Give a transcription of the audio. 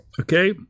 Okay